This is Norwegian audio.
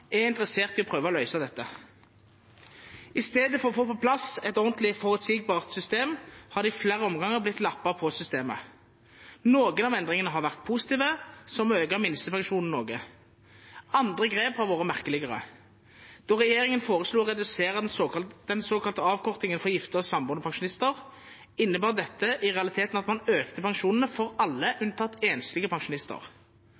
er interessert i å prøve å løse dette. I stedet for å få på plass et ordentlig, forutsigbart system har det i flere omganger blitt lappet på systemet. Noen av endringene har vært positive, som å øke minstepensjonen noe. Andre grep har vært merkeligere. Da regjeringen foreslo å redusere den såkalte avkortingen for gifte og samboende pensjonister, innebar dette i realiteten at man økte pensjonene for alle